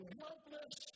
helpless